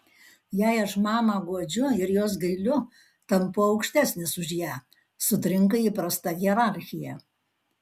jei aš mamą guodžiu ir jos gailiu tampu aukštesnis už ją sutrinka įprasta hierarchija